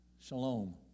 shalom